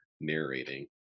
narrating